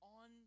on